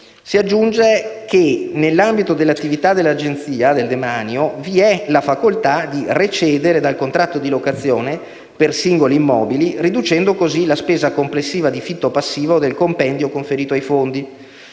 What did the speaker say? si aggiunge che, nell'ambito dell'attività dell'Agenzia del demanio, vi è la facoltà di recedere dal contratto di locazione per singoli immobili, riducendo così la spesa complessiva di fitto passivo del compendio conferito ai Fondi.